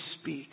speak